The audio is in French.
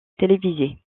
télévisés